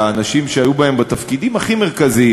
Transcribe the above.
והאנשים שהיו בהן בתפקידים הכי מרכזיים,